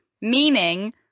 meaning